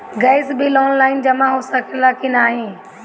Gas bill online जमा हो सकेला का नाहीं?